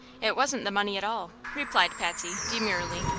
it wasn't the money at all, replied patsy, demurely.